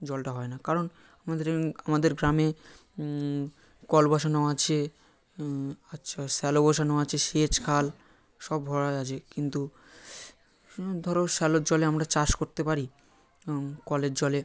জলটা হয় না কারণ আমাদের আমাদের গ্রামে কল বসানো আছে আচ্ছা শ্যালো বসানো আছে সেচ খাল সব ভরা আছে কিন্তু ধরো শ্যালোর জলে আমরা চাষ করতে পারি কলের জলে